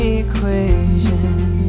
equation